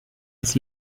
das